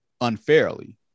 unfairly